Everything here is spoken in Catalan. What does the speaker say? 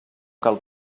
cal